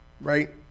right